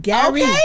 Gary